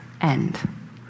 end